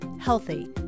healthy